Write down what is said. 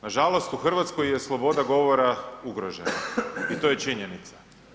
Nažalost u Hrvatskoj je sloboda govora ugrožena i to je činjenica.